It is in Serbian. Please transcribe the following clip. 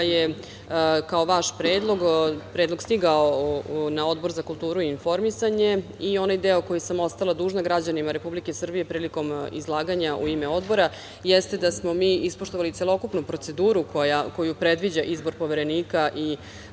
je kao vaš predlog, predlog stigao na Odbor za kulturu i informisanje i onaj deo koji sam ostala dužna građanima Republike Srbije prilikom izlaganja u ime Odbora jeste da smo mi ispoštovali celokupnu proceduru koju predviđa izbor Poverenika i